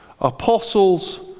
apostles